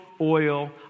oil